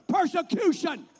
persecution